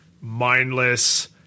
mindless